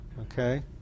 okay